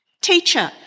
Teacher